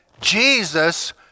Jesus